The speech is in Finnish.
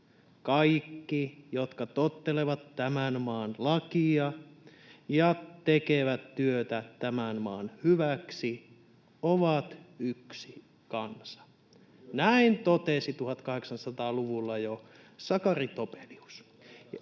kaikki, jotka tottelevat tämän maan lakia ja tekevät työtä tämän maan hyväksi, ovat yksi kansa.” [Jussi Halla-aho: